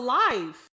life